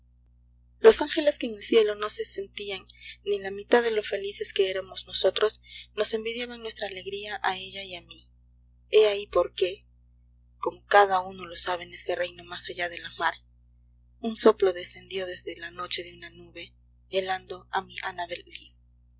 los ángeles que en el cielo no se sentían ni la mitad de lo felices que éramos nosotros nos envidiaban nuestra alegría a ella y a mí he ahí porque como cada uno lo sabe en ese reino más allá de la mar un soplo descendió desde la noche de una nube helando a